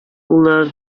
уллары